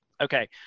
okay